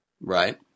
right